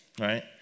right